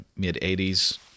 mid-'80s